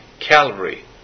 Calvary